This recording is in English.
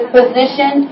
position